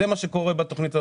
זה מה שקורה בתוכנית הזאת.